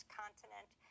continent